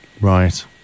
Right